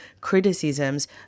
criticisms